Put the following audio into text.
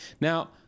Now